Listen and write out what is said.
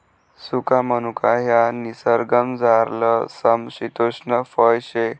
सुका मनुका ह्या निसर्गमझारलं समशितोष्ण फय शे